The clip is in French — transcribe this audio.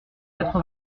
quatre